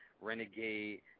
Renegade